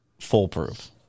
foolproof